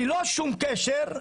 ללא שום קשר,